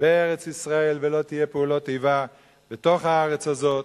בארץ-ישראל ולא יהיו פעולות איבה בתוך הארץ הזאת.